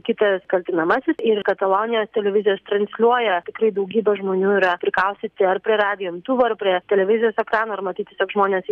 kitas kaltinamasis ir katalonijoje televizijos transliuoja tikrai daugybė žmonių yra prikaustyti ar prie radijo imtuvo ar prie televizijos ekrano ir matyt tiesiog žmonės